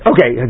Okay